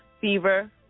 fever